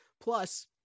Plus